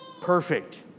perfect